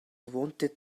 wanted